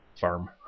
farm